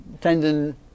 tendon